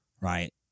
right